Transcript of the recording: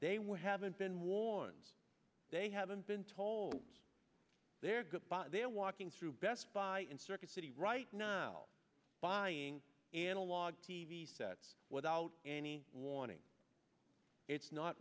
were haven't been warned they haven't been told they're good they're walking through best buy and circuit city right now buying analog t v sets without any warning it's not